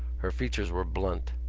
her features were blunt.